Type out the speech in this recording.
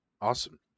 Awesome